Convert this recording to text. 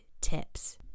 tips